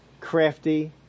crafty